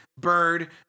Bird